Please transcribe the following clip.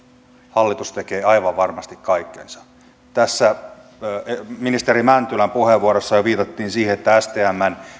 hallitus tekee aivan varmasti kaikkensa ministeri mäntylän puheenvuorossa jo viitattiin siihen että stmn